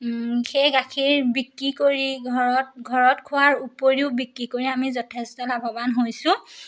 সেই গাখীৰ বিক্ৰী কৰি ঘৰত ঘৰত খোৱাৰ উপৰিও বিক্ৰী কৰি আমি যথেষ্ট লাভৱান হৈছোঁ